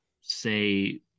say